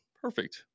Perfect